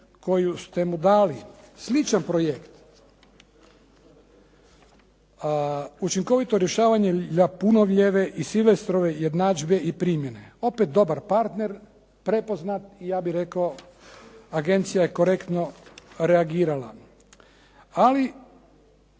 koju ste mu dali. Sličan projekt, učinkovito rješavanje Ljapunovljeve i Sylvesterove jednadžbe i primjene. Opet dobar partner prepoznat i ja bih rekao agencija je korektno reagirala. Ali,